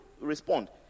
respond